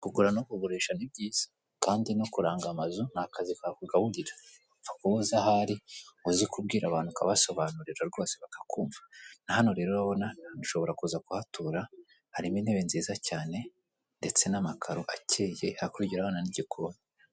Kugura no kugurisha ni byiza kandi no kuranga amazu ni akazi kakugaburira, upfa kubu uzi ahari, uzi kubwira abantu ukabasobanurira rwose bakakumva, hano rero urabona ushobora kuza kuhatura, harimo intebe nziza cyane ndetse n'amakaro akeye, hakurya urahabona n'igikoni.